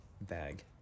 bag